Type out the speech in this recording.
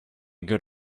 good